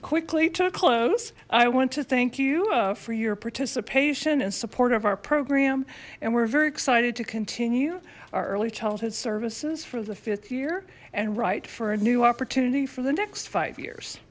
quickly to close i want to thank you for your participation in support of our program and we're very excited to continue our early childhood services for the fifth year and right for a new opportunity for the next five years